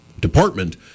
department